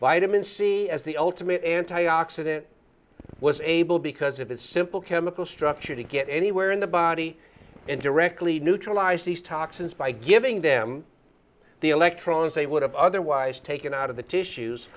vitamin c as the ultimate anti oxidant was able because of its simple chemical structure to get anywhere in the body and directly neutralize these toxins by giving them the electrons they would have otherwise taken out of the tissues